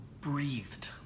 breathed